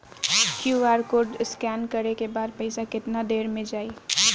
QR code scan न करे क बाद पइसा केतना देर म जाई?